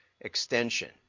extension